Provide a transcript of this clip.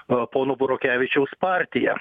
o pono burokevičiaus partija